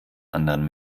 anderen